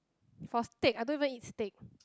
for steak I don't even eat steak